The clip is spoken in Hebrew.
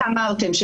אמרתם,